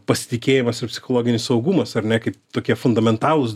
pasitikėjimas ir psichologinis saugumas ar ne kaip tokie fundamentalūs